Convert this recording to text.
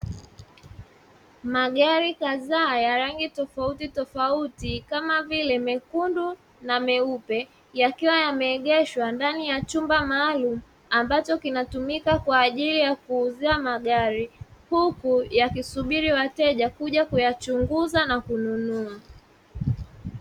Magari kadhaa ya rangi tofauti tofauti kama vile mekundu na meupe yakiwa yameegeshwa ndani ya chumba maalumu ambacho kinatumika kwa ajili ya kuuzia magari, huku yakisubiri wateja kuja kuyachunguza na kununua.